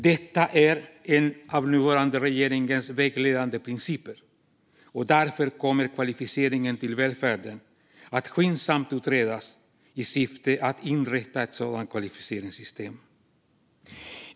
Detta är en av den nuvarande regeringens vägledande principer, och därför kommer kvalificeringen till välfärden att skyndsamt utredas i syfte att inrätta ett sådant kvalificeringssystem.